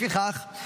לפיכך,